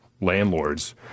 landlords